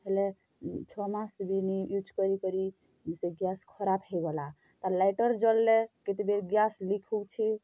ହେଲେ ଛଅ ମାସ୍ ବି ନି ୟୁଜ୍ କରି କରି ସେ ଗ୍ୟାସ୍ ଖରାପ୍ ହେଇଗଲା ତାର୍ ଲାଇଟର୍ ଜଲ୍ଲେ କେତେବେଲେ ଗ୍ୟାସ୍ ଲିକ୍ ହୋଉଛେ